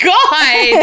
God